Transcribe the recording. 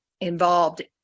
involved